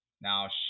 Now